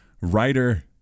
Writer